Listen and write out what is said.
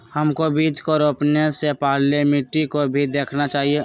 हमको बीज को रोपने से पहले मिट्टी को भी देखना चाहिए?